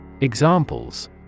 Examples